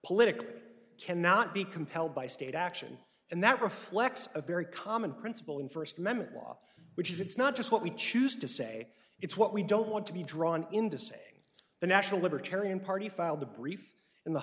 political cannot be compelled by state action and that reflects a very common principle in first amendment law which is it's not just what we choose to say it's what we don't want to be drawn into say the national libertarian party filed a brief in the